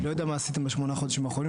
אני לא יודע מה עשיתם בשמונת החודשים האחרונים,